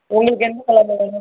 உங்களுக்கு என்ன கலரில் வேணும்